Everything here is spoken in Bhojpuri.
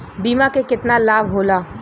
बीमा के केतना लाभ होला?